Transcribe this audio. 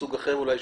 מסוג אחר אולי,